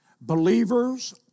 Believers